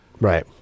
Right